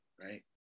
right